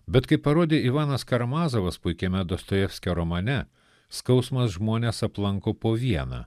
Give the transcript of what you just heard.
bet kaip parodė ivanas karamazovas puikiame dostojevskio romane skausmas žmones aplanko po vieną